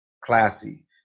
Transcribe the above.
classy